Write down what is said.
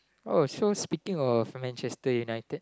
oh so speaking of Manchester-United